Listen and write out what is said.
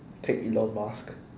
take elon musk